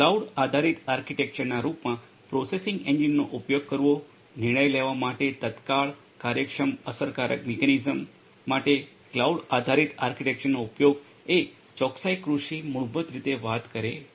cloud આધારિત આર્કિટેક્ચરના રૂપમાં પ્રોસેસિંગ એન્જિનનો ઉપયોગ કરવો નિર્ણય લેવા માટે તત્કાળ કાર્યક્ષમ અસરકારક મિકેનિઝમ માટે ક્લાઉડ આધારિત આર્કિટેક્ચરનો ઉપયોગ એ ચોકસાઇ કૃષિ મૂળભૂત રીતે વાત કરે છે